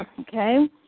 okay